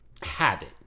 habit